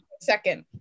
second